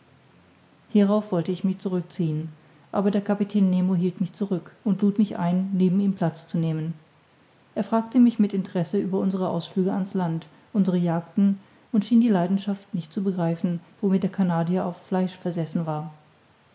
hierauf wollte ich mich zurück ziehen aber der kapitän nemo hielt mich zurück und lud mich ein neben ihm platz zu nehmen er fragte mich mit interesse über unsere ausflüge an's land unsere jagden und schien die leidenschaft nicht zu begreifen womit der canadier auf fleisch versessen war